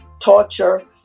Torture